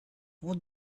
would